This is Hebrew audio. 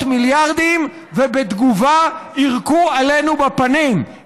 מיליארדים ובתגובה יירקו עלינו בפנים,